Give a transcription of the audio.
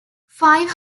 five